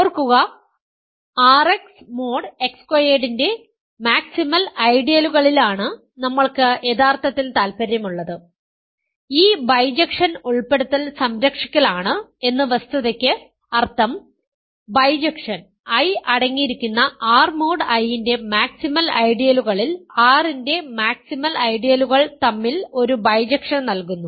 ഓർക്കുക RX mod X സ്ക്വയർഡിന്റെ maximal ഐഡിയലുകളിലാണ് നമ്മൾക്ക് യഥാർത്ഥത്തിൽ താൽപ്പര്യമുള്ളത് ഈ ബൈജക്ഷൻ ഉൾപ്പെടുത്തൽ സംരക്ഷിക്കൽ ആണ് എന്ന് വസ്തുതയ്ക്ക് അർത്ഥം ബൈജക്ഷൻ I അടങ്ങിയിരിക്കുന്ന R മോഡ് I ന്റെ മാക്സിമൽ ഐഡിയലുകളിൽ R ന്റെ മാക്സിമൽ ഐഡിയലുകൾ തമ്മിൽ ഒരു ബൈജക്ഷൻ നൽകുന്നു